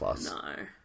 No